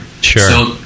Sure